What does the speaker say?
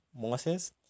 Moses